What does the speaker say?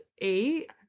eight